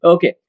Okay